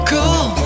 Cool